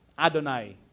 Adonai